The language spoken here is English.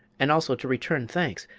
and also to return thanks.